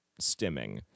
stimming